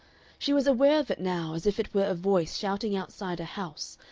she was aware of it now as if it were a voice shouting outside a house,